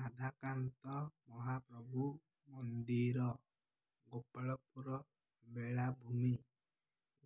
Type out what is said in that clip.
ରାଧାକାନ୍ତ ମହାପ୍ରଭୁ ମନ୍ଦିର ଗୋପାଳପୁର ମେଳାଭୂମି